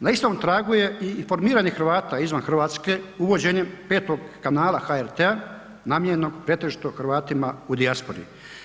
Na istom tragu je i informiranje Hrvata izvan Hrvatske uvođenjem 5 kanala HRT-a namijenjenog pretežito Hrvatima u dijaspori.